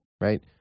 Right